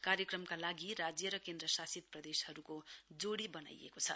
कार्यक्रमका लागि राज्य र केन्द्र शासित प्रदेशहरूको जोडी बनाइएको छ